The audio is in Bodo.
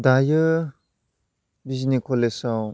दायो बिजनि कलेजाव